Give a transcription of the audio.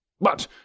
But